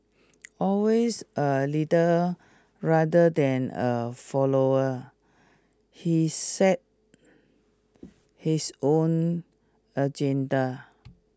always a leader rather than a follower he set his own agenda